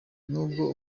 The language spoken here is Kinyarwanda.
n’ubwo